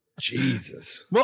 Jesus